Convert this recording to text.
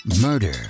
murder